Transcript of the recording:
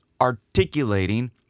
articulating